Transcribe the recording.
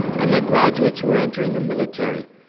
i met graduates who were entering the military,